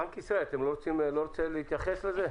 נציג בנק ישראל, אתה לא רוצה להתייחס לזה?